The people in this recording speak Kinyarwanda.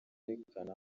yerekana